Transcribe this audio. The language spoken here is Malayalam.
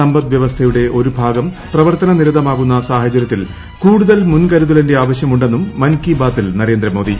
സമ്പദ് വ്യവസ്ഥയുടെ ഒരു ഭാഗം പ്രവർത്തനനിരതമാകുന്ന കൂടുതൽ ്ട സാഹചര്യത്തിൽ മുൻകരുതലിന്റെ ആവശ്യമുണ്ടെന്നും മൻ കി ബ്ലൂർത്തിൽ നരേന്ദ്രമോദി